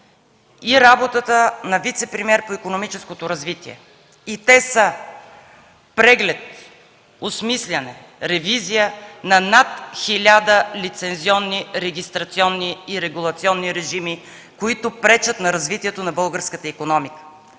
и работата на вицепремиер по икономическото развитие и те са: преглед, осмисляне, ревизия на над 1000 лицензионни, регистрационни и регулационни режими, които пречат на развитието на българската икономика.